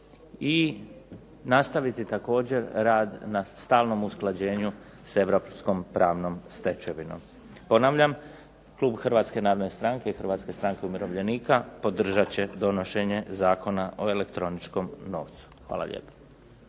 i nastaviti također rad na stalnom usklađenju sa europskom pravnom stečevinom. Ponavljam, klub HNS-a i HSU-a podržat će donošenje Zakona o elektroničkom novcu. Hvala lijepo.